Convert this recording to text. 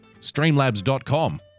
streamlabs.com